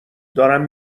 دارم